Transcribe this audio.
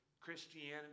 Christianity